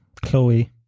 Chloe